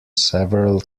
several